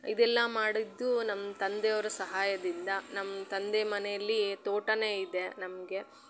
ಇದೆಲ್ಲ ಮಾಡಿದ್ದು ನಮ್ಮ ತಂದೆಯವ್ರ ಸಹಾಯದಿಂದ ನಮ್ಮ ತಂದೆ ಮನೆಯಲ್ಲಿ ತೋಟನೇ ಇದೆ ನಮಗೆ